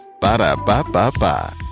Ba-da-ba-ba-ba